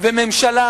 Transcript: וממשלה